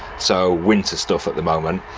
so winter stuff at the moment.